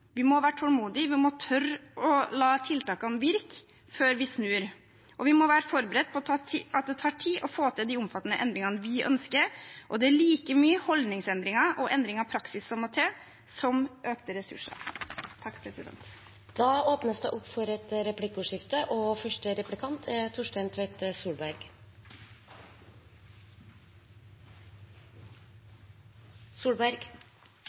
Vi må være tålmodige, og vi må tørre å la tiltakene virke før vi snur. Vi må være forberedt på at det tar tid å få til de omfattende endringene vi ønsker, og det er like mye holdningsendringer og endringer av praksis som må til som økte ressurser. Det blir replikkordskifte. Jeg vil starte med å gratulere statsråden med en ny rolle. Dette er